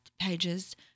pages